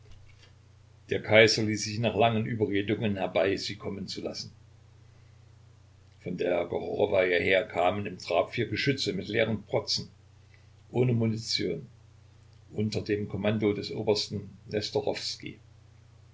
der kaiser ließ sich nach langen überredungen herbei sie kommen zu lassen von der gorochowaja her kamen im trab vier geschütze mit leeren protzen ohne munition unter dem kommando des obersten